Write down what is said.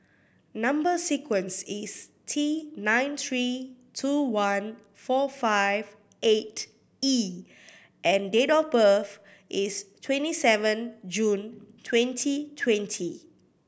number sequence is T nine three two one four five eight E and date of birth is twenty seven June twenty twenty